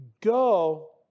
Go